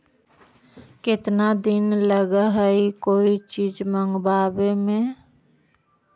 केतना दिन लगहइ कोई चीज मँगवावे में?